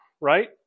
right